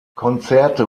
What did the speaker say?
konzerte